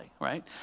right